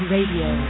Radio